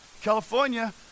California